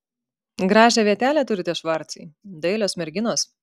gražią vietelę turite švarcai dailios merginos